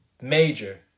Major